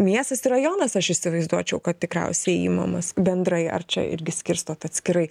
miestas ir rajonas aš įsivaizduočiau kad tikriausiai imamas bendrai ar čia irgi skirstot atskirai